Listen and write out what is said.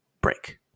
break